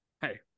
Hey